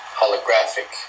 holographic